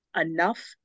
enough